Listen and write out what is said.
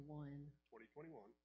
2021